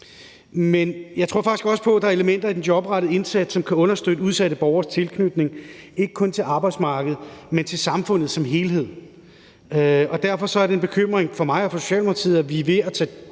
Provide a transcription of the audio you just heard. Men jeg tror faktisk også på, at der er elementer i den jobrettede indsats, som ikke kun kan understøtte udsatte borgeres tilknytning til arbejdsmarkedet, men også til samfundet som helhed. Derfor er det også en bekymring for mig og for Socialdemokratiet, at vi ved at tage